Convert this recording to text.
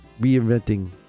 Reinventing